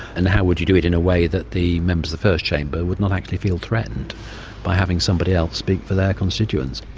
and how would you do it in a way that the members of the first chamber would not actually feel threatened by having somebody else speak for their constituents?